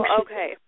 okay